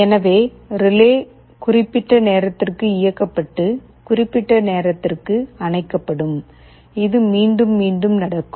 எனவே ரிலே குறிப்பிட்ட நேரத்திற்கு இயக்கப்பட்டு குறிப்பிட்ட நேரத்திற்கு அணைக்கப்படும் இது மீண்டும் மீண்டும் நடக்கும்